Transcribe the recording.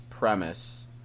premise